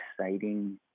exciting